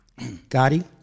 Gotti